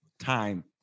time